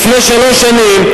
לפני שלוש שנים,